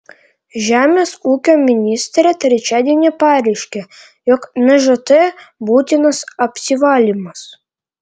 žemės ūkio ministrė trečiadienį pareiškė jog nžt būtinas apsivalymas